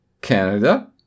Canada